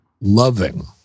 loving